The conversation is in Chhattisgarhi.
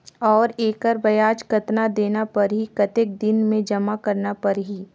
और एकर ब्याज कतना देना परही कतेक दिन मे जमा करना परही??